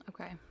Okay